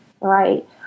right